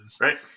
Right